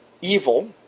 evil